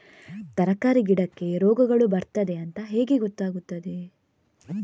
ತರಕಾರಿ ಗಿಡಕ್ಕೆ ರೋಗಗಳು ಬರ್ತದೆ ಅಂತ ಹೇಗೆ ಗೊತ್ತಾಗುತ್ತದೆ?